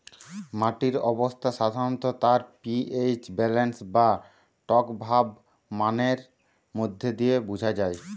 মাটির অবস্থা সাধারণত তার পি.এইচ ব্যালেন্স বা টকভাব মানের মধ্যে দিয়ে বুঝা যায়